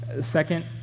Second